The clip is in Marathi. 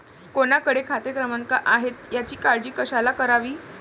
कोणाकडे खाते क्रमांक आहेत याची काळजी कशाला करावी